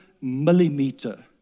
millimeter